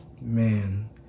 man